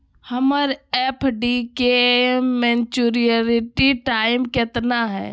हमर एफ.डी के maturity time कितना है?